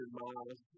miles